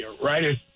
right